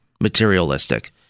materialistic